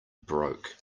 broke